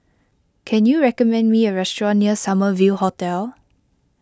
can you recommend me a restaurant near Summer View Hotel